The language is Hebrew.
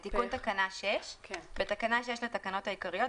תיקון תקנה 6 בתקנה 6 לתקנות העיקריות,